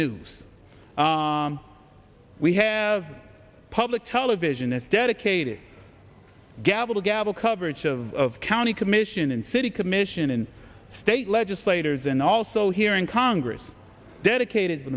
news we have public television is dedicated gavel to gavel coverage of county commission and city commission and state legislators and also here in congress dedicated to